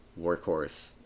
workhorse